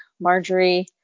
Marjorie